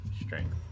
strength